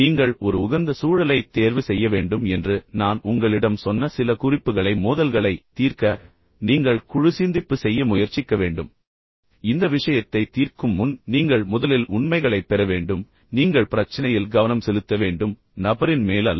நீங்கள் ஒரு உகந்த சூழலைத் தேர்வு செய்ய வேண்டும் என்று நான் உங்களிடம் சொன்ன சில குறிப்புகளை மோதல்களைத் தீர்க்க நீங்கள் குழுசிந்திப்பு செய்ய முயற்சிக்க வேண்டும் என்பதை நீங்கள் நினைவில் வைத்திருப்பீர்கள் என்று நம்புகிறேன் இந்த விஷயத்தை உண்மையில் தீர்க்க முயற்சிக்கும் முன் நீங்கள் முதலில் உண்மைகளைப் பெற வேண்டும் நீங்கள் தீவிரமாக கவனிக்க வேண்டும் நீங்கள் பிரச்சினையில் கவனம் செலுத்த வேண்டும் நபரின் மேல் அல்ல